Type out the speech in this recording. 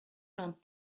learned